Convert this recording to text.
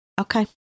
Okay